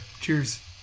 Cheers